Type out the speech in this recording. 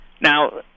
Now